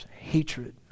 hatred